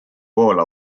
pool